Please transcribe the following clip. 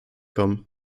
kommen